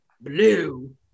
blue